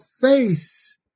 face